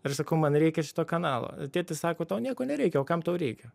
ir sakau man reikia šito kanalo tėtis sako tau nieko nereikia o kam tau reikia